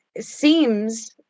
seems